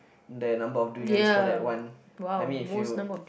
the number of durians for the one I mean if you